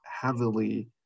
heavily